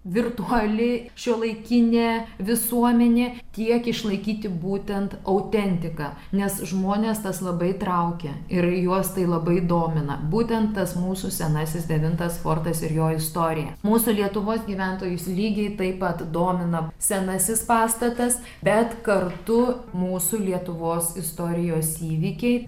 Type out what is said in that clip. virtuali šiuolaikinė visuomenė tiek išlaikyti būtent autentiką nes žmones tas labai traukia ir juos tai labai domina būtent tas mūsų senasis devintas fortas ir jo istorija mūsų lietuvos gyventojus lygiai taip pat domina senasis pastatas bet kartu mūsų lietuvos istorijos įvykiai